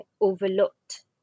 overlooked